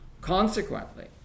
Consequently